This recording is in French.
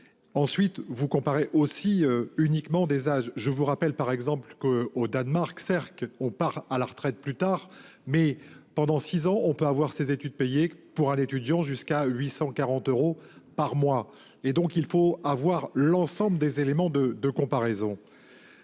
Ensuite vous comparez aussi uniquement des âges. Je vous rappelle par exemple que au Danemark CERC on part à la retraite plus tard mais pendant 6 ans on peut avoir ses études payés pour un étudiant jusqu'à 840 euros par mois et donc il faut avoir l'ensemble des éléments de de comparaison.